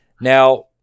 Now